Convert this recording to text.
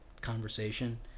conversation